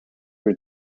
were